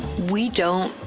we don't,